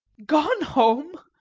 gone home?